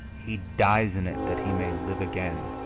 he dies in it that he may live again.